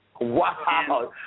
Wow